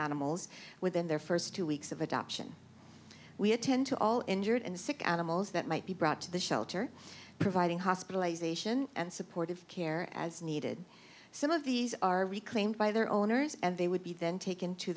animals within their first two weeks of adoption we attend to all injured and sick animals that might be brought to the shelter providing hospitalization and supportive care as needed some of these are reclaimed by their owners and they would be then take